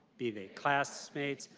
be they classmates,